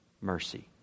mercy